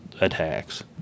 attacks